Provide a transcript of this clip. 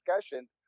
discussions